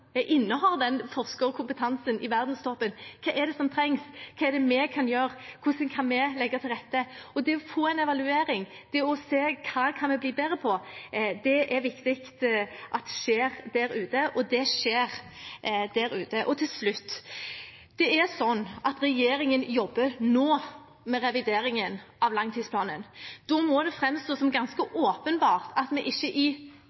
innehar forskerkompetansen i verdenstoppen: Hva er det som trengs, hva er det vi kan gjøre, hvordan kan vi legge til rette? Og det er viktig at det skjer en evaluering, det å se hva man kan bli bedre på – og det skjer der ute. Og til slutt: Regjeringen jobber nå med revideringen av langtidsplanen. Da må det framstå som ganske åpenbart at vi ikke i